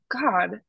God